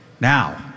Now